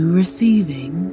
receiving